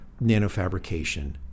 nanofabrication